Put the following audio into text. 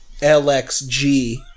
LXG